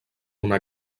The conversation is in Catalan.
una